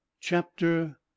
Chapter